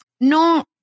no